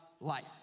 life